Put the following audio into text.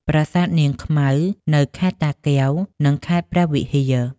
ប្រាសាទនាងខ្មៅ នៅខេត្តតាកែវ និង ខេត្តព្រះវិហារ។